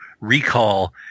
Recall